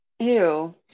Ew